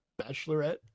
bachelorette